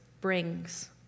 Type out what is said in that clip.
brings